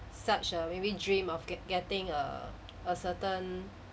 such a maybe dream of getting err a certain